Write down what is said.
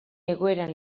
egoeran